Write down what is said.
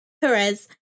Perez